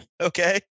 okay